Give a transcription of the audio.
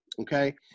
Okay